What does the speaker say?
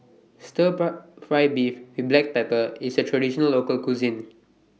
Stir Fry Beef with Black Pepper IS A Traditional Local Cuisine